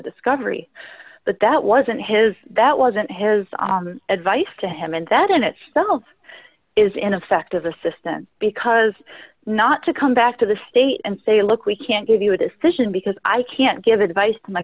discovery but that wasn't his that wasn't his advice to him and that in itself is ineffective assistance because not to come back to the state and say look we can't give you a decision because i can't give advice